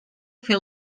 fer